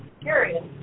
curious